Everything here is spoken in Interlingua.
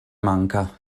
manca